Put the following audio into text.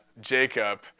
Jacob